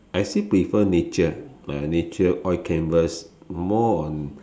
I still prefer nature like nature oil canvas more on